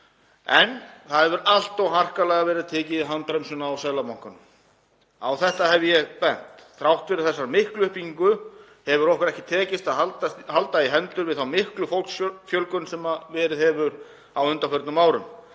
en það hefur allt of harkalega verið tekið í handbremsuna á Seðlabankanum. Á þetta hef ég bent. Þrátt fyrir þessa miklu uppbyggingu höfum við ekki náð að haldast í hendur við þá miklu fólksfjölgun sem verið hefur á undanförnum árum.